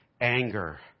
anger